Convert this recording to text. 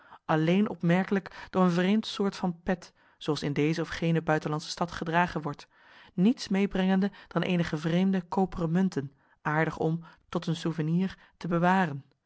alleen opmerkelijk door een vreemd soort van pet zooals in deze of gene buitenlandsche stad gedragen wordt niets meebrengende dan eenige vreemde koperen munten aardig om tot een souvenir te bewaren